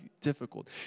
difficult